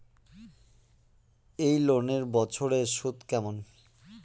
এই লোনের বছরে সুদ কেমন?